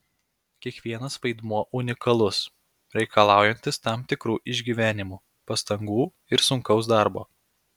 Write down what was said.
kiekvienas vaidmuo unikalus reikalaujantis tam tikrų išgyvenimų pastangų ir sunkaus darbo